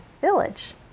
village